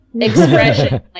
expression